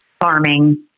farming